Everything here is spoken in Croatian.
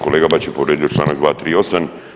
Kolega Bačić je povrijedio članak 238.